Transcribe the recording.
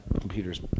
computer's